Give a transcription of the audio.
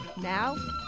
Now